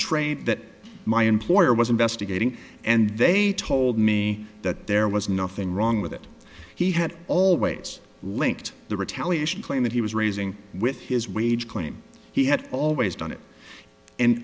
that my employer was investigating and they told me that there was nothing wrong with it he had always linked the retaliation claim that he was raising with his wage claim he had always done it